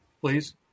please